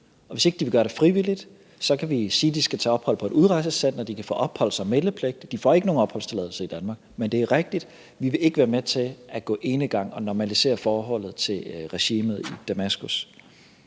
og hvis ikke de vil gøre det frivilligt, kan vi sige, at de skal tage ophold på et udrejsecenter og de kan få opholds- og meldepligt. De får ikke nogen opholdstilladelse i Danmark. Men det er rigtigt, at vi ikke vil være med til at gå enegang og normalisere forholdet til regimet i Damaskus.